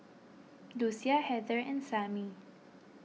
Lucia Heather and Samie